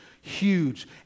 huge